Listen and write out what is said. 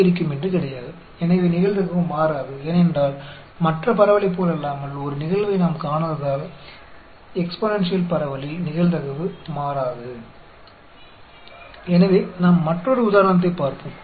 इसलिए प्रोबेबिलिटी नहीं बदलेगी क्योंकि अन्य डिस्ट्रीब्यूशन के विपरीत हमने कोई घटना घटित नहीं देखी है एक्सपोनेंशियल डिस्ट्रीब्यूशन में प्रोबेबिलिटी बिल्कुल नहीं बदलेगी